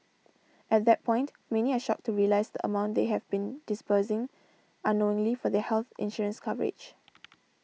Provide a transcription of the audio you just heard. at that point many are shocked to realise the amount they have been disbursing unknowingly for their health insurance coverage